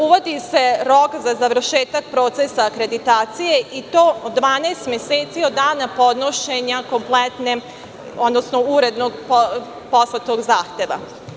Uvodi se rok za završetak procesa akreditacije i to 12 meseci od dana podnošenja, odnosno uredno poslatog zahteva.